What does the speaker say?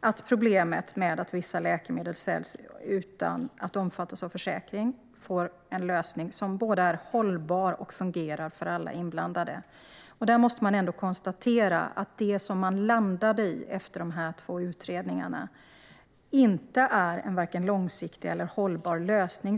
att problemet med att vissa läkemedel säljs utan att omfattas av försäkring får en lösning som både är hållbar och som fungerar för alla inblandade. Man måste ändå konstatera att det som man landade i efter de här två utredningarna varken är en långsiktig eller hållbar lösning.